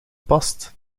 past